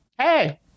hey